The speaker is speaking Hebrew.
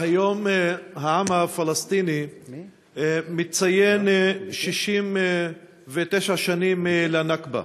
היום העם הפלסטיני מציין 69 שנים לנכבה,